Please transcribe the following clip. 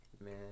Man